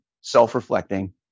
self-reflecting